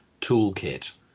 toolkit